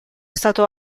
stato